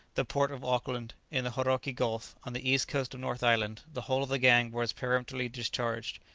the port of auckland, in the hauraki gulf, on the east coast of north island, the whole of the gang was peremptorily discharged.